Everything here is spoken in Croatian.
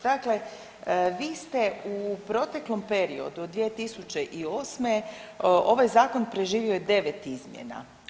Dakle vi ste u proteklom periodu od 2008. ovaj Zakon preživio je 9 izmjena.